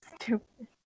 stupid